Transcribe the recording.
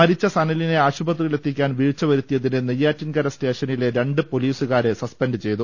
മരിച്ച സനലിനെ ആശുപത്രിയിൽ എത്തിക്കാൻ വീഴ്ചവരു ത്തിയതിന് നെയ്യാറ്റിൻകര സ്റ്റേഷനിലെ രണ്ട് പൊലീസുകാരെ സസ്പെന്റ് ചെയ്തു